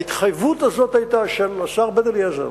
ההתחייבות הזאת היתה של השר בן-אליעזר